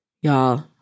y'all